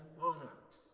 monarchs